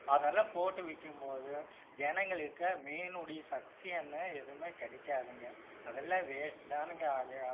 அதெல்லாம் போட்டு விக்கும்போது ஜனங்களுக்கு மீனுடைய சக்தியன்னு எதுவுமே கிடைக்காதுங்க அதெல்லாம் வேஸ்ட்தானுங்க ஆகும்